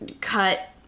cut